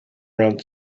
around